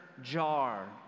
jar